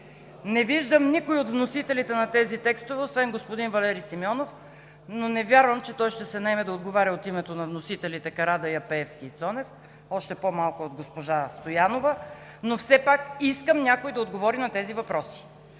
Не виждам никой от вносителите на тези текстове, освен господин Валери Симеонов, но не вярвам, че той ще се наеме да отговаря от името на вносителите Карадайъ, Пеевски и Цонев, още по-малко от госпожа Стоянова, но все пак искам някой да отговори на тези въпроси,